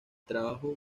trabajo